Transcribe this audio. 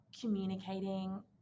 communicating